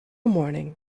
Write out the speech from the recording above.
morning